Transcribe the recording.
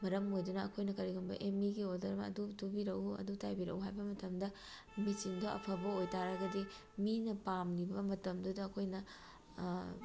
ꯃꯔꯝ ꯑꯣꯏꯗꯨꯅ ꯑꯩꯈꯣꯏꯅ ꯀꯔꯤꯒꯨꯝꯕ ꯑꯦ ꯃꯤꯒꯤ ꯑꯣꯔꯗꯔ ꯑꯃ ꯑꯗꯨ ꯇꯨꯕꯤꯔꯛꯎ ꯑꯗꯨ ꯇꯥꯏꯕꯤꯔꯛꯎ ꯍꯥꯏꯕ ꯃꯇꯝꯗ ꯃꯦꯆꯤꯟꯗꯣ ꯑꯐꯕ ꯑꯣꯏꯇꯥꯔꯒꯗꯤ ꯃꯤꯅ ꯄꯥꯝꯃꯤꯕ ꯃꯇꯝꯗꯨꯗ ꯑꯩꯈꯣꯏꯅ